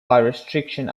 restriction